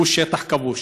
שהוא שטח כבוש,